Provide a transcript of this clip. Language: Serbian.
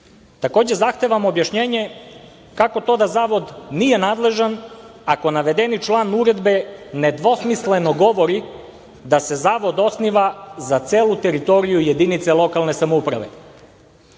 4.Takođe, zahtevam objašnjenje kako to da Zavod nije nadležan ako navedeni član Uredbe nedvosmisleno govori da se Zavod osniva za celu teritoriju jedinice lokalne samouprave?S